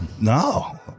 No